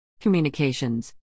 Communications